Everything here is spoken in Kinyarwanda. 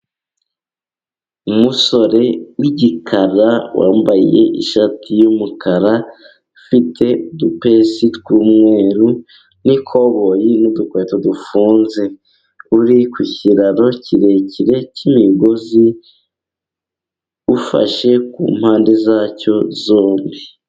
Umusore w’igikara wambaye ishati y’umukara ifite udupesi tw’umweru, n’ikoboyi, n’udukweto dufunze, uri ku kiraro kirekire cy’imigozi, ufashe ku mpande zacyo zombi.